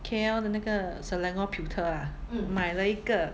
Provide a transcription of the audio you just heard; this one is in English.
K_L 的那个 selangor pewter ah 买了一个